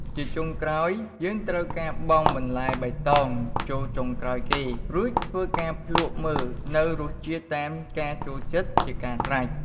ជាចុងក្រោយ យើងធ្វើការបង់បន្លែបៃតងចូលចុងក្រោយគេ រួចធ្វើការភ្លក់មើលនៅរសជាតិតាមការចូលចិត្តជាការស្រេច។